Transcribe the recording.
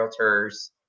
realtors